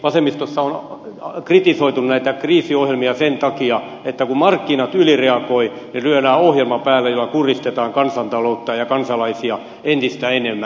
vasemmistossa on kritisoitu näitä kriisiohjelmia sen takia että kun markkinat ylireagoivat niin lyödään ohjelma päälle jolla kuristetaan kansantaloutta ja kansalaisia entistä enemmän